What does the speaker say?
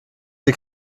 sie